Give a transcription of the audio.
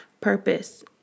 purpose